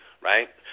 right